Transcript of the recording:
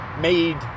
made